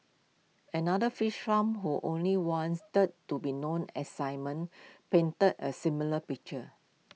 another fish farmer who only wanted to be known as simon painted A similar picture